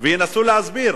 וינסו להסביר.